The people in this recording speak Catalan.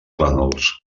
plànols